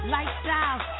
Lifestyle